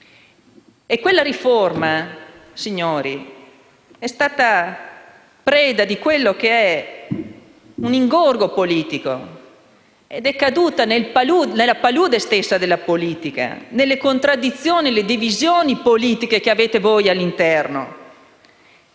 Quella riforma, signori, è stata preda di un ingorgo politico ed è caduta nella palude della politica, delle contraddizioni e delle divisioni politiche che avete al vostro interno.